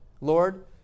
Lord